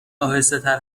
آهستهتر